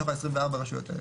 מתוך אותן 24 רשויות.